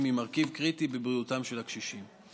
היא מרכיב קריטי בבריאותם של הקשישים.